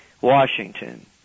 Washington